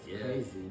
crazy